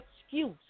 excuse